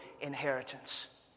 inheritance